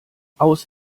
aus